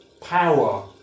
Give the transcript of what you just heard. power